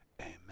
amen